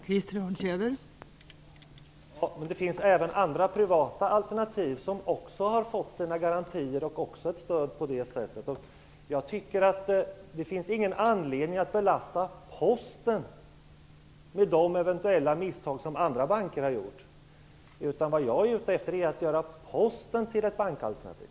Fru talman! Men det finns även andra privata alternativ som också har fått stöd genom bankgarantin. Det finns ingen anledning att belasta Posten med de eventuella misstag som andra banker har gjort. Vad jag är ute efter är att man skall göra Posten till ett bankalternativ.